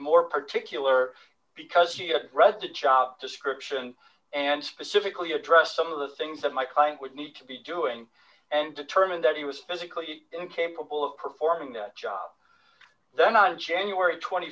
more particular because you read the job description and specifically address some of the things that my client would need to be doing and determine that he was physically incapable of performing that job then on january t